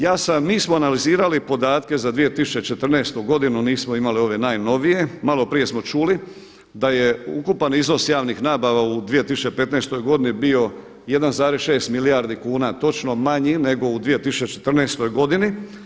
Ja sam, mi smo analizirali podatke za 2014. godinu nismo imali ove najnovije, maloprije smo čuli da je ukupan iznos javnih nabava u 2015. godini bio 1,6 milijardi kuna točno manji nego u 2014. godini.